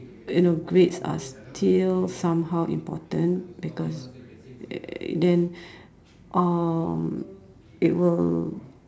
you know grades are still somehow important because then um it will